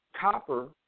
copper